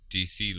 DC